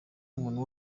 umuntu